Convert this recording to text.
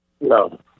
No